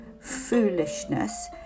foolishness